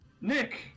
Nick